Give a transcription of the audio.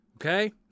Okay